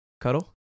Cuddle